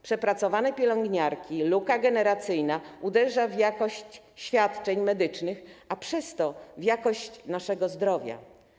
Przepracowane pielęgniarki i luka generacyjna uderzają w jakość świadczeń medycznych, a przez to w jakość naszego zdrowia.